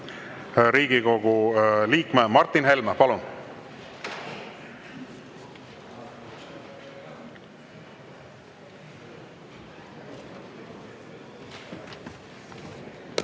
Riigikogu liikme Martin Helme. Palun!